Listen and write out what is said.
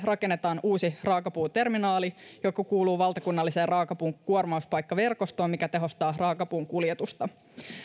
rakennetaan uusi raakapuuterminaali joka kuuluu valtakunnalliseen raakapuun kuormauspaikkaverkostoon mikä tehostaa raakapuun kuljetusta